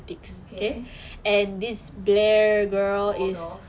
okay waldorf